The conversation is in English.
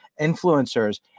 influencers